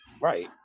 right